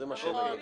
זה מה שהם מבקשים.